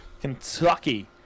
Kentucky